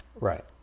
Right